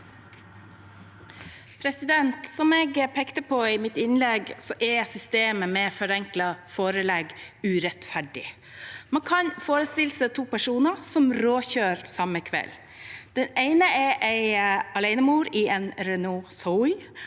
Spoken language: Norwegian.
Som jeg pekte på i mitt innlegg, er systemet med forenklet forelegg urettferdig. Man kan forestille seg to personer som råkjører samme kveld. Den ene er en alenemor i en Renault Zoe,